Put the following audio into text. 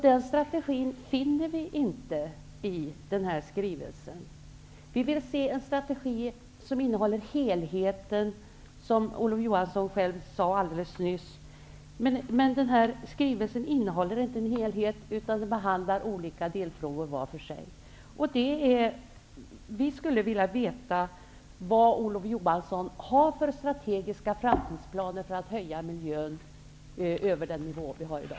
Den strategin finner vi inte i denna skrivelse. Vi vill se en strategi som innehåller helheten, som Olof Johansson själv sade alldeles nyss. Men den här skrivelsen innehåller inte någon helhet, utan där behandlas olika delfrågor var för sig. Vi skulle vilja veta vad Olof Johansson har för strategiska framtidsplaner för att höja miljöambitioner utöver den nivå som vi har i dag.